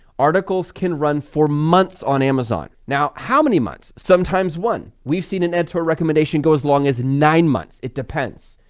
articles can run for months on amazon. now, how many months? sometimes one. we've seen an editorial recommendation go as long as nine months, it depends.